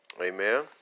amen